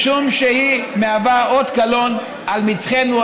משום שהיא אות קלון על מצחנו,